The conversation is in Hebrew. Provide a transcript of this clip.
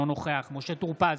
אינו נוכח משה טור פז,